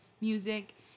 music